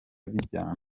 bijyana